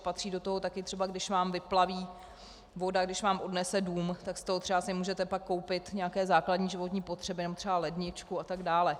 Patří do toho taky třeba, když vám vyplaví voda, když vám odnese dům, tak z toho si třeba můžete pak koupit nějaké základní životní potřeby nebo třeba ledničku atd.